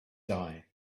die